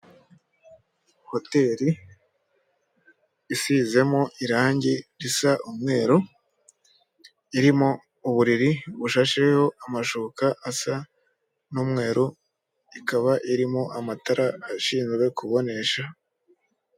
Hoteri isizemo irangi risa umweru irimo uburiri bushasheho amashuka asa n'umweru, ikaba irimo amatara ashinzwe kubonesha.